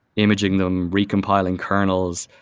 imaging them, recompiling kernels,